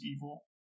evil